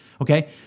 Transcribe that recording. Okay